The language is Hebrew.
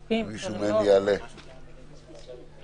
בפני הממשלה לא עמדה החלופה של פיילוט